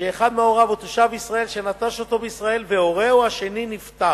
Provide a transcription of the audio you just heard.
שהורהו הוא תושב ישראל שנטש אותו בישראל והורהו השני נפטר,